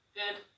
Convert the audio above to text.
good